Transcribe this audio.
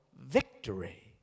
victory